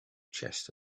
chest